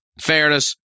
fairness